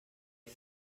ich